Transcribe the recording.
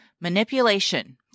manipulation